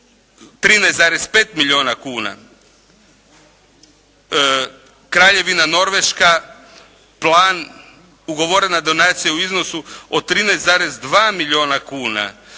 13,5 milijuna kuna. Kraljevina Norveška plan ugovorena donacija u iznosu od 13,2 milijuna kuna.